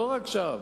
לא רק שם,